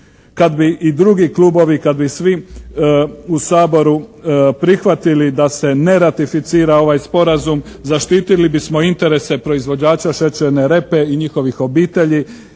Kad bi i drugi klubovi, kad bi svi u Saboru prihvatili da se ne ratificira ovaj sporazum zaštitili bi interese proizvođača šećerne repe i njihovih obitelji,